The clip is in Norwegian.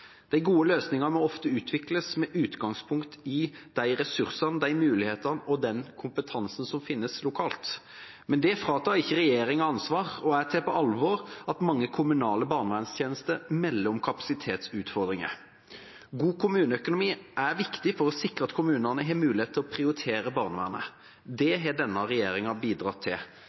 De gode løsningene må ofte utvikles med utgangspunkt i de ressursene, de mulighetene og den kompetansen som finnes lokalt. Men det fratar ikke regjeringa ansvar. Jeg tar på alvor at mange kommunale barnevernstjenester melder om kapasitetsutfordringer. God kommuneøkonomi er viktig for å sikre at kommunene har mulighet til å prioritere barnevernet. Det har denne regjeringa bidratt til.